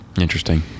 Interesting